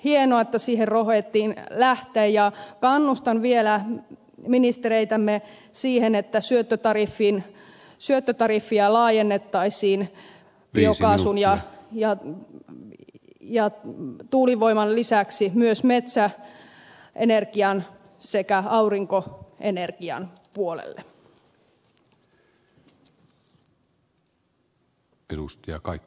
hienoa että siihen rohjettiin lähteä ja kannustan vielä ministereitämme siihen että syöttötariffia laajennettaisiin biokaasun ja tuulivoiman lisäksi myös metsäenergian sekä aurinkoenergian puolelle